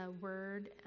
word